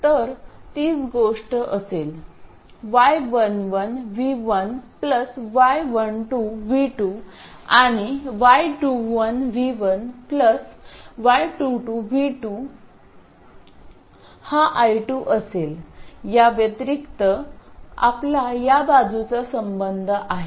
तर तीच गोष्ट असेल y11 V1 y12 V2 आणि y21 V1 y22 V2 हा i2 असेल या व्यतिरिक्त आपला या बाजूचा संबंध आहे